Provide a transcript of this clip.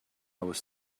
was